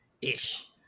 ish